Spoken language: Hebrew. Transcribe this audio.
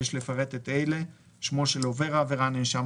יש לפרט את אלה: שמו של עובר העבירה,